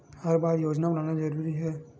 हर बार योजना बनाना जरूरी है?